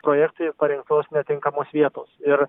projektui parinktos netinkamos vietos ir